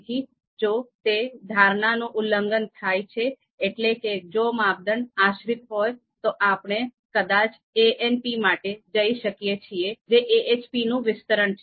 તેથી જો તે ધારણાનું ઉલ્લંઘન થાય છે એટલે કે જો માપદંડ આશ્રિત હોય તો આપણે કદાચ ANP માટે જઈ શકીએ છીએ જે AHPનું વિસ્તરણ છે